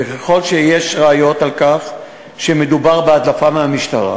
וככל שיש ראיות לכך שמדובר בהדלפה מהמשטרה,